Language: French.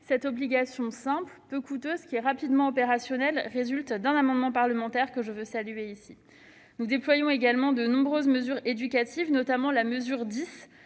Cette obligation simple et peu coûteuse, qui est rapidement opérationnelle, résulte d'un amendement parlementaire que je veux saluer. Nous déployons également de nombreuses mesures éducatives, notamment la mesure n°